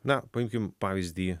na paimkim pavyzdį